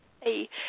Hey